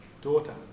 Daughter